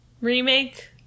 remake